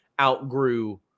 outgrew